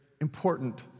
important